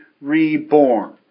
reborn